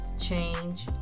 change